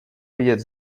vidět